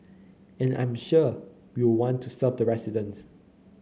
and I'm sure we will want to serve the residents